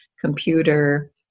computer